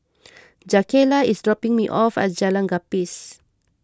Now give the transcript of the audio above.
Jakayla is dropping me off at Jalan Gapis